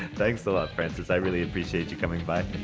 thanks a lot, frances, i really appreciate you coming by